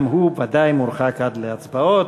גם הוא ודאי מורחק עד להצבעות.